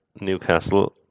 Newcastle